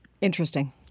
Interesting